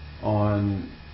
on